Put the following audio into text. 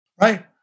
Right